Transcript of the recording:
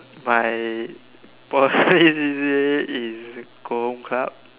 my Poly C_C_A is go home club